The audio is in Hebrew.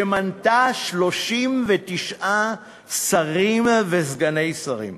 שמנתה 39 שרים וסגני שרים.